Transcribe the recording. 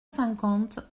cinquante